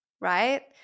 right